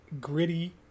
gritty